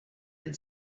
had